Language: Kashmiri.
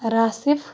راسِف